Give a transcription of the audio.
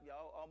y'all